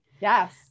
Yes